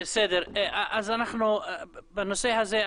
בנושא הזה,